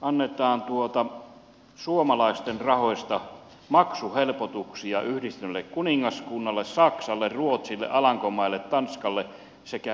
tässähän annetaan suomalaisten rahoista maksuhelpotuksia yhdistyneelle kuningaskunnalle saksalle ruotsille alankomaille tanskalle sekä itävallalle